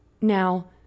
Now